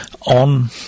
on